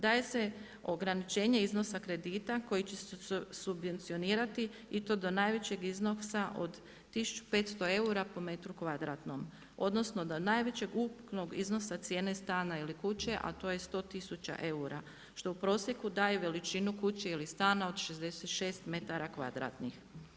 Daje se ograničenje iznosa kredita koji će se subvencionirati i to do najvećeg iznosa od 1500 eura po metru kvadratnom odnosno do najvećeg ukupnog iznosa cijene stana ili kuće a to je 100 tisuća eura što u prosjeku daje veličinu kuće ili stana od 66 metara kvadratnih.